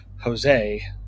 Jose